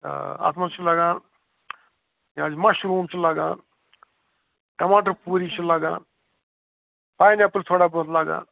آ اَتھ منٛز چھُ لَگان یہِ حظ مَشروٗم چھُ لَگان ٹماٹَر پوٗری چھِ لَگان پایِن اٮ۪پٕل چھِ تھوڑا بہت لَگان